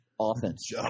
offense